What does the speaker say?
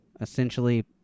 essentially